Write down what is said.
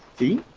the